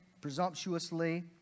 presumptuously